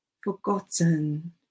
forgotten